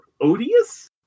odious